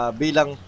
bilang